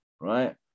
right